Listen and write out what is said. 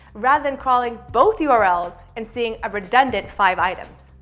rather than crawling both yeah urls and seeing a redundant five items.